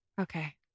Okay